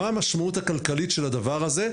מה המשמעות הכלכלית של הדבר הזה,